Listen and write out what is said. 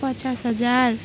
पचास हजार